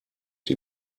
die